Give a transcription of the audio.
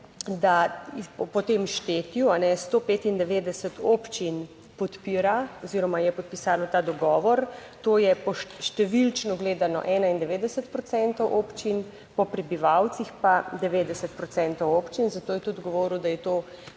da po tem štetju 195 občin podpira oziroma je podpisalo ta dogovor, to je številčno gledano 91 procentov občin, po prebivalcih pa 90 procentov občin, zato je tudi govoril, da je to